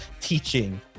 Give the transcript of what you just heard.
teaching